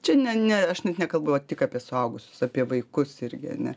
čia ne ne aš net nekalbu tik apie suaugusius apie vaikus irgi ane